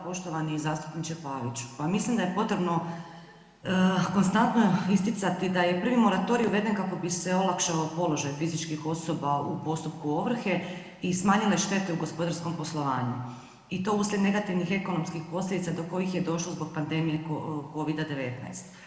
Poštovani zastupniče Paviću, pa mislim da je potrebno konstantno isticati da je prvi moratorij uveden kako bi se olakšao položaj fizičkih osoba u postupku ovrhe i smanjile štete u gospodarskom poslovanju i to uslijed negativnih ekonomskih posljedica do kojih je došlo zbog pandemije Covida-19.